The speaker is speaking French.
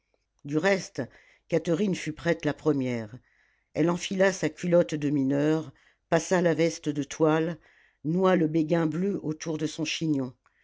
du reste catherine fut prête la première elle enfila sa culotte de mineur passa la veste de toile noua le béguin bleu autour de son chignon